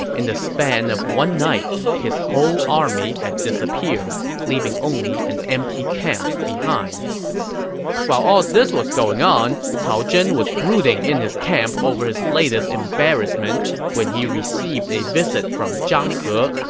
in the span of one night, his whole army had disappeared, leaving only an empty camp behind while all this was going on, cao zhen was brooding in his camp over his latest embarrassment when he received a visit from zhang he,